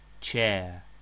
Chair